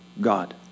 God